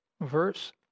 verse